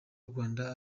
rwanda